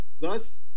Thus